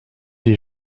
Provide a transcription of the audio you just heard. des